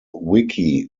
wiki